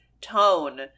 tone